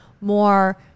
more